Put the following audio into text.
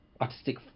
artistic